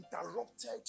interrupted